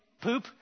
poop